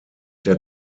der